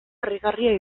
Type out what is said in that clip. harrigarria